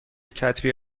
کتبی